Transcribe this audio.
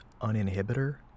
uninhibitor